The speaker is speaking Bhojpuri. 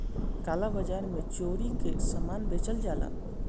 काला बाजार में चोरी कअ सामान बेचल जाला